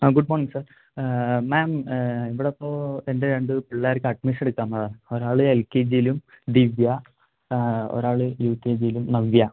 ആ good morning sir ma'am ഇവിടെ ഇപ്പോൾ എൻ്റെ രണ്ട് പിള്ളേർക്ക് അഡ്മിഷൻ എടുത്ത് വന്നതാ ഒരാൾ എൽ കെ ജിയിലും ദിവ്യ ഒരാൾ യു കെ ജിയിലും നവ്യ